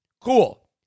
Cool